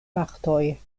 partoj